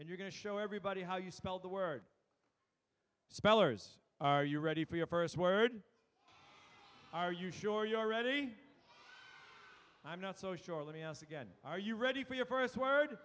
and you're going to show everybody how you spell the word spellers are you ready for your first word are you sure you already i'm not so sure let me ask again are you ready for your first word